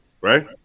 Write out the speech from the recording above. right